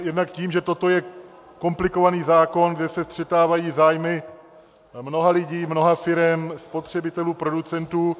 Jednak tím, že toto je komplikovaný zákon, kde se střetávají zájmy mnoha lidí, mnoha firem, spotřebitelů, producentů.